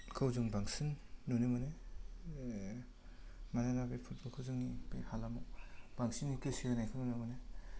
खौ जों बांसिन नुनो मोनो मानोना बे फुटबल खौ जों बे हालामाव बांसिनै गोसो होनायखौ नुनो मोनो